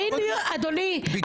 אדוני,